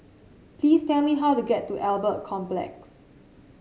please tell me how to get to Albert Complex